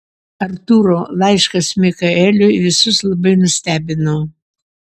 artūro laiškas mikaeliui visus labai nustebino